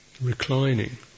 reclining